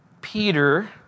Peter